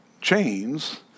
chains